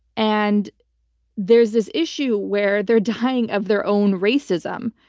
and there's this issue where they're dying of their own racism.